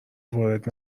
وارد